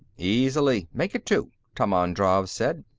easily. make it two, tammand drav said.